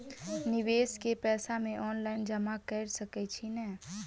निवेश केँ पैसा मे ऑनलाइन जमा कैर सकै छी नै?